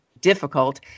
difficult